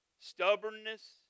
stubbornness